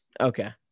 Okay